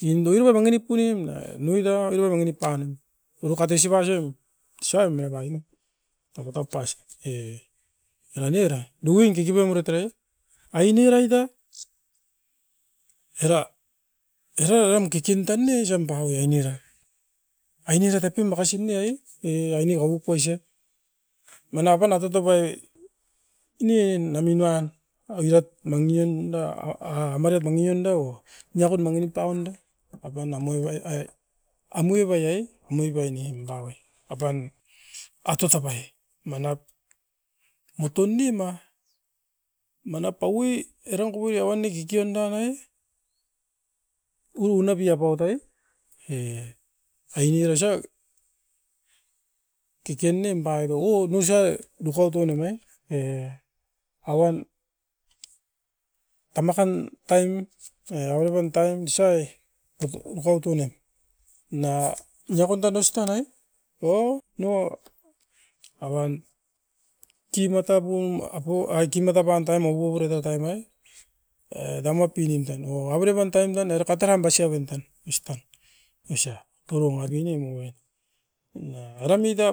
Inda oiro manginip poinim nai oira era manginip panamit. Orokat oisipa suaim, suaim mava ine takutap paais e, eran oira duin kikipai muratarai aine raita era. Era auram kikin tan ne osam paue ainera. Aine ratepin makasine ai e aine kapupoiso, manap pan a tutuboi nian na minuan oirat mangianda a marat na ngianda o. Niakot manginip paunda apan a moi- ai ai anui bai- e nuibainindau ai. Apan atosapai manap moton nima manap paui eram kopurio awan ne kikion danai u- unapiapautai e aine irisau kekenem baido onusai bukauto namai e apan tamakan taim e autopin taim nusai e mokautu nem na niakot tan ois tanai o nio apan. Timatapum apau a kimata pan taim awo avere tai tainai e daumapinin tan o avere pan taim dan ero kateran basiobin tan. Ostan, oisa poron aviu nimuen, na era muita